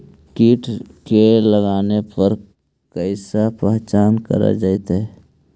कीट के लगने पर कैसे पहचान कर जयतय?